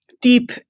deep